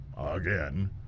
again